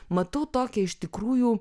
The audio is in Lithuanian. matau tokią iš tikrųjų